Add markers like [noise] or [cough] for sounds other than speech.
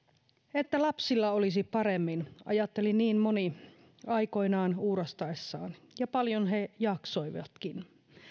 että lapsilla olisi paremmin ajatteli niin moni aikoinaan uurastaessaan [unintelligible] ja paljon he jaksoivatkin